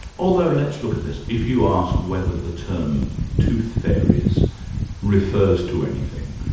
although let's look at this. if you ask whether the term tooth fairies refers to anything,